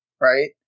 right